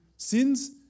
Sins